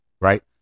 right